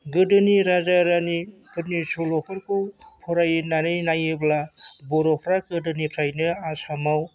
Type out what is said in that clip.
गोदोनि राजा रानिफोरनि सल'फोरखौ फरायनानै नायोब्ला बर'फोरा गोदोनिफ्रायनो आसामाव